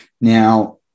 Now